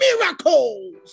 miracles